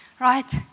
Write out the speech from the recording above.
right